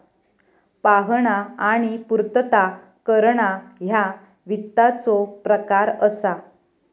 पाहणा आणि पूर्तता करणा ह्या वित्ताचो प्रकार असा